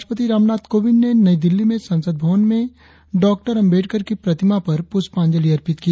राष्ट्रपति रामनाथ कोविंद ने नई दिल्ली में संसद भवन में डॉक्टर अम्बेडकर की प्रतिमा पर पुष्पांजलि अर्पित की